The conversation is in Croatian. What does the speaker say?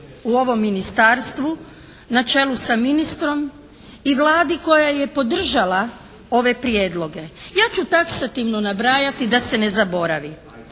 u ovom ministarstvu na čelu s ministrom i Vladi koja je podržala ove prijedloge. Ja ću taksativno nabrajati da se ne zaboravi.